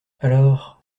alors